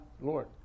Lord